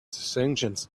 sanctions